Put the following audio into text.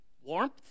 Warmth